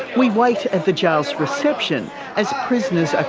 we wait at the jail's reception as prisoners are